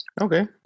Okay